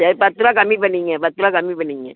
சரி பத்து ரூபா கம்மி பண்ணிக்கிங்க பத்து ரூபா கம்மி பண்ணிக்கிங்க